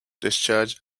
discharge